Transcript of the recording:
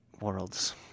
Worlds